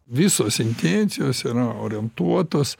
visos intencijos yra orientuotos